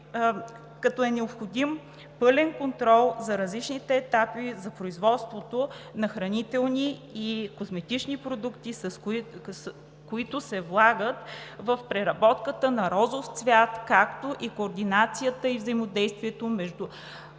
като е необходим пълен контрол за различните етапи за производството на хранителни и козметични продукти, които се влагат в преработката на розов цвят, както и координацията и взаимодействието между